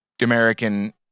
American